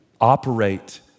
operate